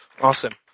Awesome